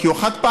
כי הוא חד-פעמי.